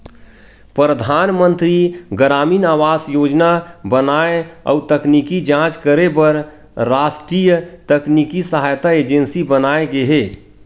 परधानमंतरी गरामीन आवास योजना बनाए अउ तकनीकी जांच करे बर रास्टीय तकनीकी सहायता एजेंसी बनाये गे हे